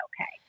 okay